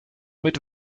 mit